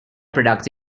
products